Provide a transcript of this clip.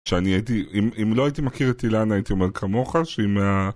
שאני הייתי, אם לא הייתי מכיר את אילנה, הייתי אומר כמוך שהיא מה...